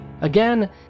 Again